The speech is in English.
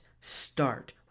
start